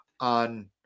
on